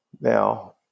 Now